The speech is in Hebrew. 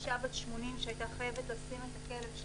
אישה בת 80 שהייתה חייבת לשים שם את הכלב,